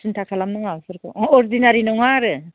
सिन्था खालाम नाङा बेफोरखौ अर्डिनारि नङा आरो